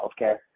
healthcare